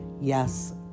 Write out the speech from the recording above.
yes